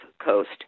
Coast